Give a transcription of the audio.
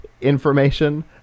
information